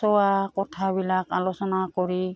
চোৱা কথাবিলাক আলোচনা কৰি